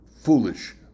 foolish